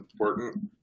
important